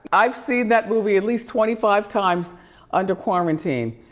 i've seen that movie at least twenty five times under quarantine.